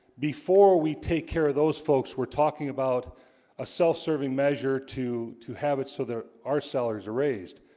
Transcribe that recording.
before we take care of those folks we're talking about a self-serving measure to to have it so that our sellers are raised